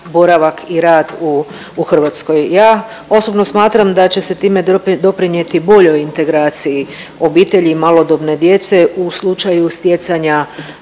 i rad u Hrvatskoj. Ja osobno smatram da će se time doprinijeti boljoj integraciji obitelji malodobne djece u slučaju stjecanja